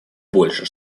больше